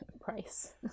price